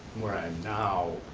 where i'm now,